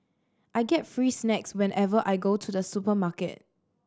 I get free snacks whenever I go to the supermarket